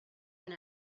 and